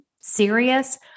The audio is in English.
serious